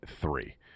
three